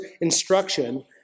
instruction